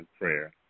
prayer